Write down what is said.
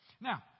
Now